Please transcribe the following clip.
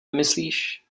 nemyslíš